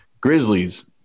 Grizzlies